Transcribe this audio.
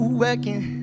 working